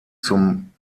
zum